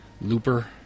Looper